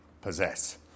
possess